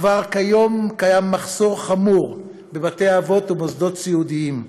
כבר היום קיים מחסור חמור בבתי-אבות ומוסדות סיעודיים,